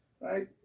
right